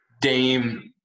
Dame